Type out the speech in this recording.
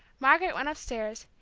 margaret went upstairs,